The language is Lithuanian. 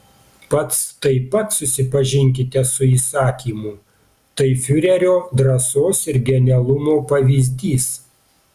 pats taip pat susipažinkite su įsakymu tai fiurerio drąsos ir genialumo pavyzdys